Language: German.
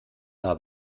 hab